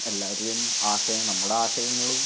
എല്ലാവരുടെയും ആശയം നമ്മുടെ ആശയങ്ങളും